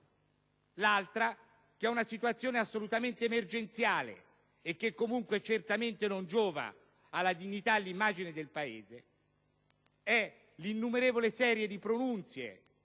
L'altra, che è una situazione assolutamente emergenziale e che comunque certamente non giova alla dignità e all'immagine del Paese, è l'innumerevole serie di pronunce